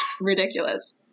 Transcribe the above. ridiculous